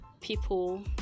people